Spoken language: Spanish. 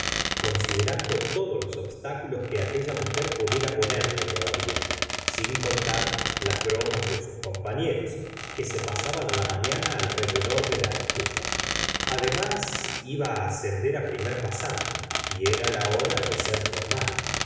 rando todos los obstáculos que aquella mnjer pudie ra ponerle todavía sin contar las bromas de sus compañeros que se pasa ban la mafiana alrededor de la estufa además iba á ascender á primer pasante y era la hora de ser formal